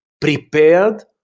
prepared